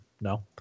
no